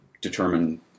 determine